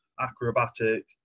acrobatic